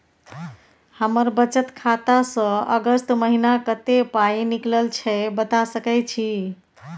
हमर बचत खाता स अगस्त महीना कत्ते पाई निकलल छै बता सके छि?